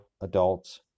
adults